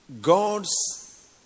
god's